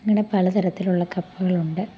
അങ്ങനെ പലതരത്തിലുളള കപ്പകളുണ്ട്